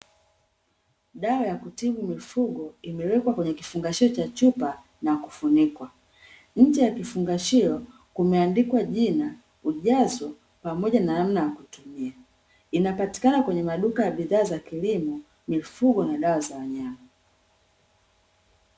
Dawa ya kutibu mifugo imewekwa kwenye kifungasho cha chupa na kufunikwa, nje ya kifungashio kumeandikwa jina, ujazo pamoja na namna ya kutumia, inapatikana kwenye maduka ya bidhaa za kilimo, mifugo na dawa za wanyama.